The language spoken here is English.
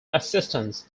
assistance